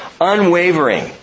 unwavering